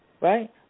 Right